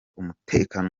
umutekano